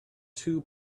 two